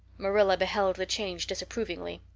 marilla beheld the change disapprovingly.